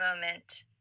moment